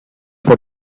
for